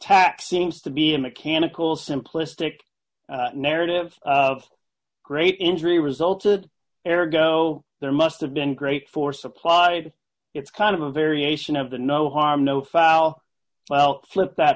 tax seems to be a mechanical simplistic narrative of great injury resulted error go there must have been great force applied it's kind of a variation of the no harm no foul well flip that